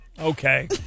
Okay